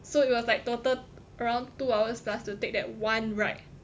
so it was like total around two hours plus to take that one ride